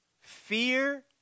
fear